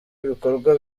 ibikorwa